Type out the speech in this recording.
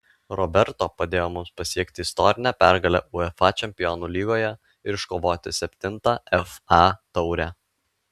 roberto padėjo mums pasiekti istorinę pergalę uefa čempionų lygoje ir iškovoti septintą fa taurę